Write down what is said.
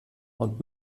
und